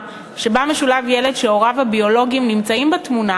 שבה משולב ילד שהוריו הביולוגיים נמצאים בתמונה